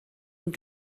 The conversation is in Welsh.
ond